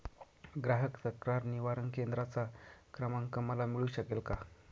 ग्राहक तक्रार निवारण केंद्राचा क्रमांक मला मिळू शकेल का?